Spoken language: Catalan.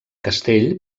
castell